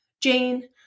Jane